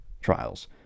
trials